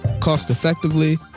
cost-effectively